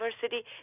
diversity